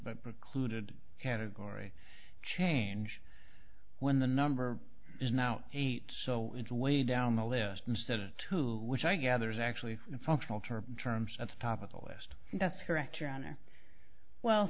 but precluded category change when the number is now eight so it's way down the list instead of two which i gather is actually functional term terms of the top of the list that's correct your honor well